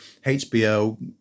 HBO